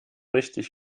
richtig